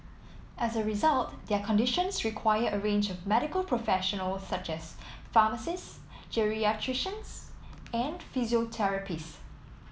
as a result their conditions require a range of medical professionals such as pharmacists geriatricians and physiotherapists